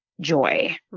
joy